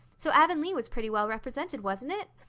so avonlea was pretty well represented, wasn't it?